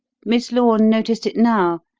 miss lorne noticed it now,